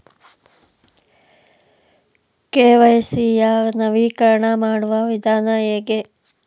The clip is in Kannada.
ಕೆ.ವೈ.ಸಿ ಯ ನವೀಕರಣ ಮಾಡುವ ವಿಧಾನ ಹೇಗೆ?